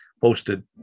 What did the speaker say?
posted